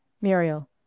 Muriel